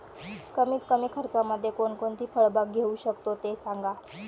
कमीत कमी खर्चामध्ये कोणकोणती फळबाग घेऊ शकतो ते सांगा